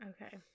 Okay